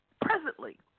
presently